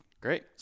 Great